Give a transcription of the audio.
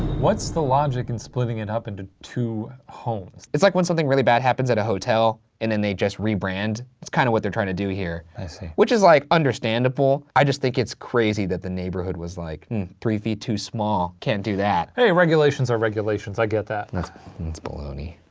what's the logic in splitting it up into two homes? it's like when something really bad happens at a hotel, and then they just rebrand, it's kind of what's they're trying to do here. i see. which is like understandable, i just think it's crazy that the neighborhood was like three feet too small, can't do that. hey, regulations are regulations. i get that. and that's baloney.